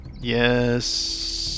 Yes